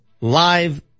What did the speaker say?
live